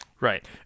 Right